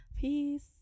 Peace